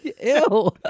Ew